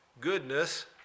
Goodness